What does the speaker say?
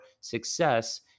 success